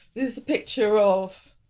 this picture of. a